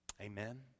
Amen